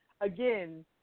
again